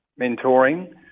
mentoring